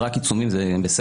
זה רק עיצומים וזה בסדר,